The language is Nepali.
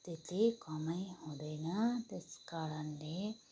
त्यत्ति कमाइ हुँदैन त्यस कारणले